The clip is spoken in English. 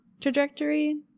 trajectory